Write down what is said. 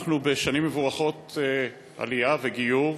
אנחנו בשנים מבורכות עלייה וגיור,